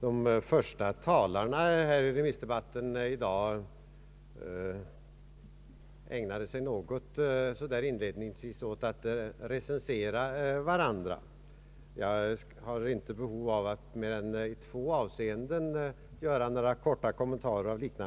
Oppositionen felbedömer ju finansplanerna.